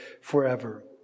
forever